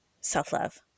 self-love